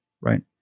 right